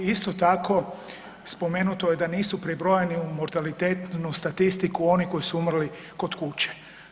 Isto tako, spomenuto je da nisu pribrojani u mortalitetnu statistiku oni koji su umrli kod kuće.